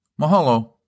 Mahalo